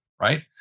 right